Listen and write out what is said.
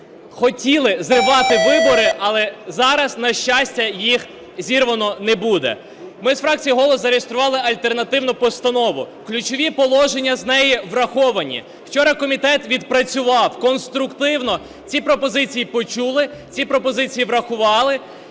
хотіли зірвати вибори? Але зараз, на щастя, їх зірвано не буде. Ми з фракцією "Голос" зареєстрували альтернативну постанову, ключові положення з неї враховані. Вчора комітет відпрацював конструктивно. Ці пропозиції почули. Ці пропозиції врахували.